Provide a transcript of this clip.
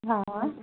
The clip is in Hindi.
हाँ